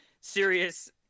serious